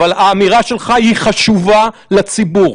אבל אמירה שלך חשובה לציבור.